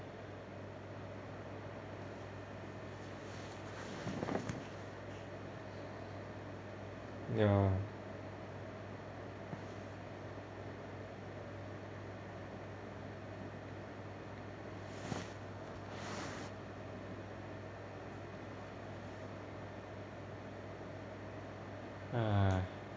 ya ah